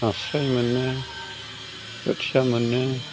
नास्राइ मोनो बोथिया मोनो